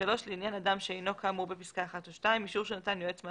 לעניין אדם שאינו כאמור בפסקה (1) או (2) אישור שנתן יועץ מס